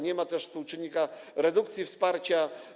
Nie podano współczynnika redukcji wsparcia.